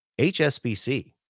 HSBC